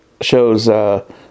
shows